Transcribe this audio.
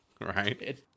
right